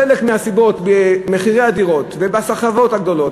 חלק מהסיבות למחירי הדירות ולסחבות הגדולות